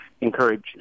encourage